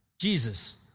Jesus